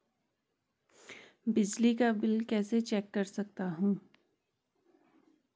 बिजली का बिल कैसे चेक कर सकता हूँ?